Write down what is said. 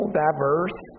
diverse